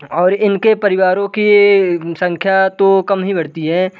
और इनके परिवारों की संख्या तो कम ही बढ़ती हैं